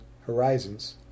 horizons